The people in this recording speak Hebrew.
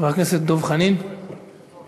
חבר הכנסת דב חנין, מהמקום.